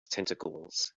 tentacles